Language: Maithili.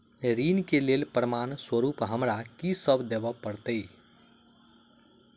ऋण केँ लेल प्रमाण स्वरूप हमरा की सब देब पड़तय?